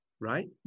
Right